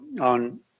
on